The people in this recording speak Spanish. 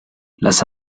las